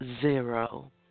ZERO